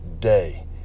Day